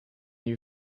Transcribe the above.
you